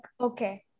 Okay